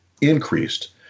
increased